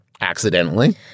accidentally